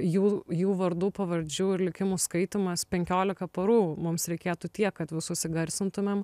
jų jų vardų pavardžių ir likimų skaitymas penkiolika parų mums reikėtų tiek kad visus įgarsintumėm